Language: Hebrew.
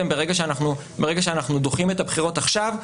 ברגע שאנחנו דוחים את הבחירות עכשיו,